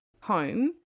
home